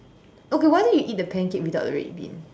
okay why don't you eat the pancake without the red bean